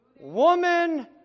woman